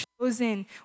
chosen